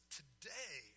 today